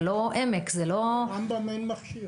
זה לא העמק, זה לא --- לרמב"ם אין מכשיר.